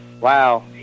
Wow